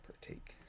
partake